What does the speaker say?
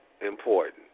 important